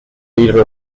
leader